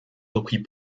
reprit